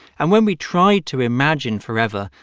and when we try to imagine forever,